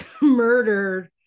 murdered